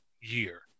year